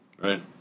Right